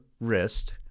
wrist